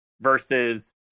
versus